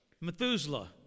Methuselah